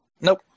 Nope